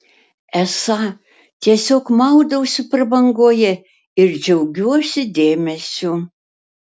esą tiesiog maudausi prabangoje ir džiaugiuosi dėmesiu